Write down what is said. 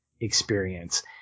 experience